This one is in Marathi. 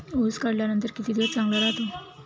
ऊस काढल्यानंतर किती दिवस चांगला राहतो?